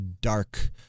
dark